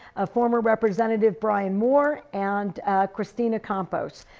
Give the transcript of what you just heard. ah former representative brian moore and christina compos.